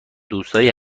دوستایی